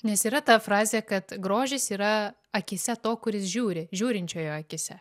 nes yra ta frazė kad grožis yra akyse to kuris žiūri žiūrinčiojo akyse